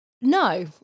No